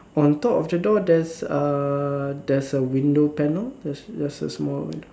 on top of the door there's a there's a window panel just a small window